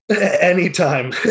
anytime